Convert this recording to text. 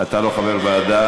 אתה לא חבר ועדה.